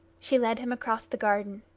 she led him across the garden.